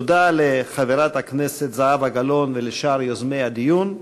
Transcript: תודה לחברת הכנסת זהבה גלאון ולשאר יוזמי הדיון.